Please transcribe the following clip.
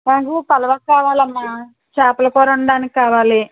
మాకు కావాలమ్మా చేపల కూర వండటానికి కావాలి